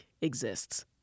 exists